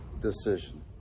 decision